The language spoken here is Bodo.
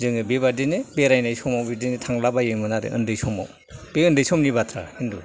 जोङो बेबादिनो बेरायनाय समाव थांलाबायोमोन आरो उन्दै समाव बे उन्दै समनि बाथ्रा